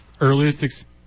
earliest